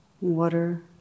water